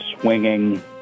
swinging